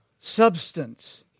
substance